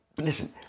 Listen